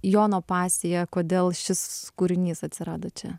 jono pasija kodėl šis kūrinys atsirado čia